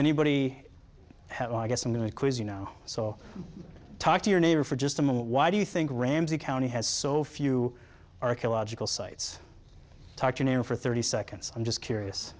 anybody have i guess i'm going to quiz you now so talk to your neighbor for just a moment why do you think ramsey county has so few archaeological sites talk to him for thirty seconds i'm just curious